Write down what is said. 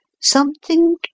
something